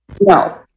No